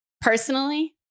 Personally